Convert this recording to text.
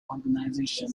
organization